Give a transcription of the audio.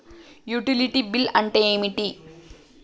Utility bill అంటే ఏంటిది?